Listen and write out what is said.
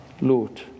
Lord